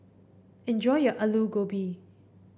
enjoy your Aloo Gobi